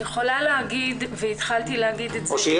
אני יכולה לומר והתחלתי לומר.